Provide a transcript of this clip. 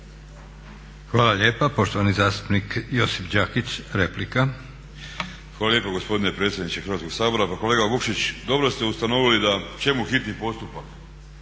Hvala lijepa. Poštovani zastupnik Josip Đakić, replika. **Đakić, Josip (HDZ)** Hvala lijepo gospodine predsjedniče Hrvatskog sabora. Pa kolega Vukšić, dobro ste ustanovili da čemu hitni postupak,